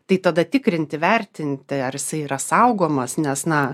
tai tada tikrinti vertinti ar jisai yra saugomas nes na